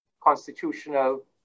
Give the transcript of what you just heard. constitutional